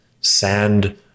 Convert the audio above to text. Sand